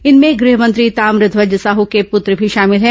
इनमें गृह मंत्री ताम्रध्वज साहू के पूत्र भी शामिल हैं